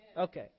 Okay